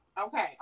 Okay